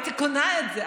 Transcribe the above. הייתי קונה את זה,